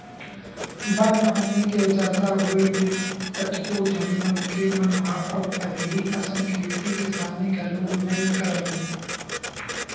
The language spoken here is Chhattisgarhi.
बन पानी के जादा होय ले कतको झन मनखे मन ह अब पहिली असन खेती किसानी घलो नइ करय